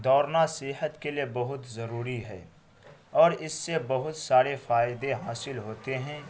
دوڑنا صحت کے لیے بہت ضروری ہے اور اس سے بہت سارے فائدے حاصل ہوتے ہیں